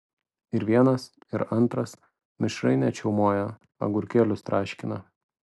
ir vienas ir antras mišrainę čiaumoja agurkėlius traškina